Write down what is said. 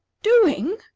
doing!